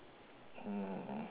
hmm